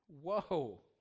whoa